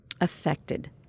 affected